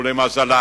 ולמזלה,